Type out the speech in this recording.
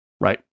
right